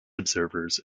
observers